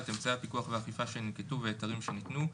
את אמצעי הפיקוח והאכיפה שננקטו והיתרים שניתנו,